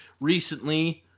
recently